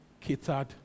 catered